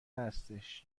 هستش